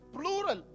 plural